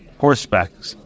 horsebacks